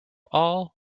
all